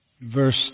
Verse